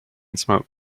smoke